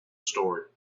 story